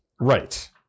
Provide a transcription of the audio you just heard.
right